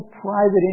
private